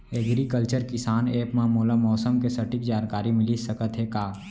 Agriculture Kisan app मा मोला मौसम के सटीक जानकारी मिलिस सकत हे का?